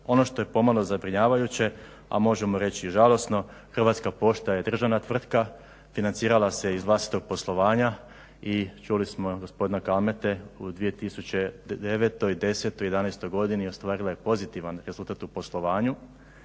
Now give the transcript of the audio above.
Ono što je pomalo zabrinjavajuće, a možemo reći i žalosno Hrvatska pošta je državna tvrtka, financirala se iz vlastitog poslovanja i čuli smo od gospodina Kalmete u 2009., 2010., 2011.ostvarila je pozitivan rezultat u poslovanju